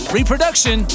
Reproduction